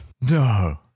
No